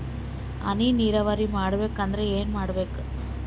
ಈ ಹನಿ ನೀರಾವರಿ ಮಾಡಬೇಕು ಅಂದ್ರ ಏನ್ ಮಾಡಿರಬೇಕು?